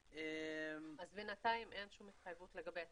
אז בינתיים אין שום התחייבות לגבי התקציב.